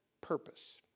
purpose